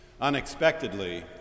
unexpectedly